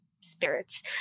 spirits